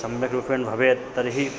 सम्यक् रूपेण् भवेत् तर्हि